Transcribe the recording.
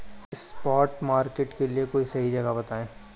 spot market के लिए कोई सही जगह बताएं